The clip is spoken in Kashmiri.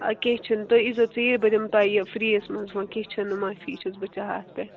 اَدٕ کیٚنٛہہ چھُنہٕ تُہۍ یِیٖزیو ژیٖرۍ بہٕ دِمہٕ تۄہہِ یہِ فرٛی یَس منٛز وۅنۍ کیٚنٛہہ چھُنہٕ معافی چھَس بہٕ چاہان اَتھ پیٚٹھ